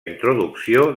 introducció